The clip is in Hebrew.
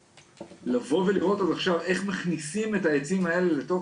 לבוא ולראות איך מכניסים את העצים האלה לתוך